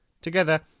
Together